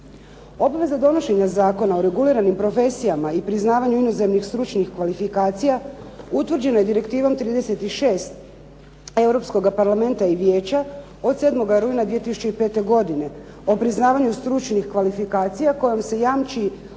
Obveza donošenja Zakona o reguliranim profesijama i priznavanju inozemnih stručnih kvalifikacija utvrđena je Direktivom 36 Europskoga Parlamenta i Vijeća od 7. rujna 2005. godine o priznavanju stručnih kvalifikacija, kojom se jamči osobama